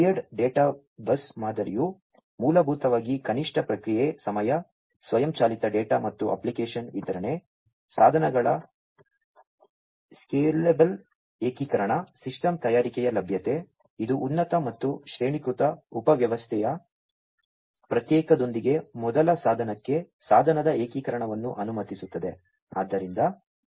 layered database ಮಾದರಿಯು ಮೂಲಭೂತವಾಗಿ ಕನಿಷ್ಠ ಪ್ರತಿಕ್ರಿಯೆ ಸಮಯ ಸ್ವಯಂಚಾಲಿತ ಡೇಟಾ ಮತ್ತು ಅಪ್ಲಿಕೇಶನ್ ವಿತರಣೆ ಸಾಧನಗಳ ಸ್ಕೇಲೆಬಲ್ ಏಕೀಕರಣ ಸಿಸ್ಟಂ ತಯಾರಿಕೆಯ ಲಭ್ಯತೆ ಇದು ಉನ್ನತ ಮತ್ತು ಶ್ರೇಣೀಕೃತ ಉಪವ್ಯವಸ್ಥೆಯ ಪ್ರತ್ಯೇಕತೆಯೊಂದಿಗೆ ಮೊದಲ ಸಾಧನಕ್ಕೆ ಸಾಧನದ ಏಕೀಕರಣವನ್ನು ಅನುಮತಿಸುತ್ತದೆ